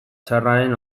txarraren